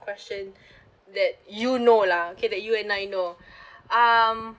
question that you know lah okay that you and I know um